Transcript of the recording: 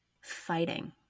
fighting